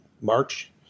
March